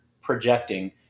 projecting